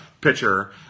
pitcher